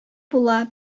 була